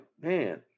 man